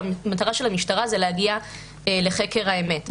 המטרה של המשטרה היא להגיע לחקר האמת.